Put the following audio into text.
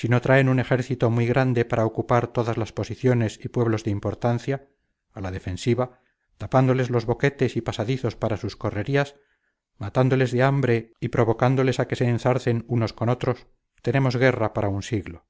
si no traen un ejército muy grande para ocupar todas las posiciones y pueblos de importancia a la defensiva tapándoles los boquetes y pasadizos para sus correrías matándoles de hambre y provocándoles a que se enzarcen unos con otros tenemos guerra para un siglo